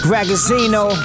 Ragazzino